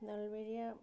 নলবৰীয়া